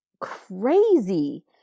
crazy